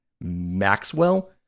Maxwell